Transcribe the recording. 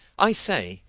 i say,